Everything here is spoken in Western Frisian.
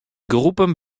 groepen